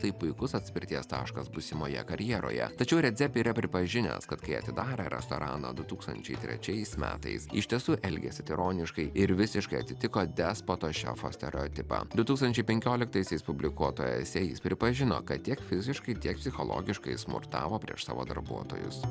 tai puikus atspirties taškas būsimoje karjeroje tačiau redzepi yra pripažinęs kad kai atidarė restoraną du tūkstančiai trečiais metais iš tiesų elgėsi tironiškai ir visiškai atitiko despoto šefo stereotipą du tūkstančiai penkioliktaisiais publikuotoje esė jis pripažino kad tiek fiziškai tiek psichologiškai smurtavo prieš savo darbuotojus